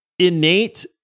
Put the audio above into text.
innate